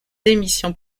d’émissions